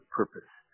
purpose